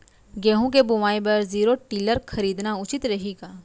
गेहूँ के बुवाई बर जीरो टिलर खरीदना उचित रही का?